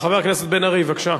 חבר הכנסת בן-ארי, בבקשה.